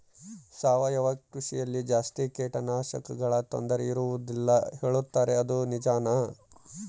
ಸಾವಯವ ಕೃಷಿಯಲ್ಲಿ ಜಾಸ್ತಿ ಕೇಟನಾಶಕಗಳ ತೊಂದರೆ ಇರುವದಿಲ್ಲ ಹೇಳುತ್ತಾರೆ ಅದು ನಿಜಾನಾ?